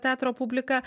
teatro publika